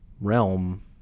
realm